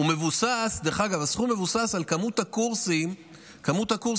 דרך אגב, הסכום מבוסס על מספר הקורסים שפותחים.